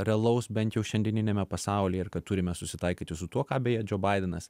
realaus bent jau šiandieniniame pasaulyje ir kad turime susitaikyti su tuo ką beje džio baidenas